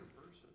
person